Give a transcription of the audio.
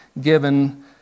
given